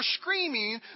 screaming